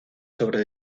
sobre